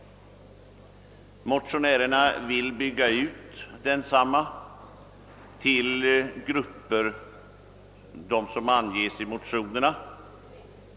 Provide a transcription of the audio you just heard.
Motionärerna vill bygga ut denna till att omfatta de grupper som anges i motionerna.